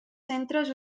centres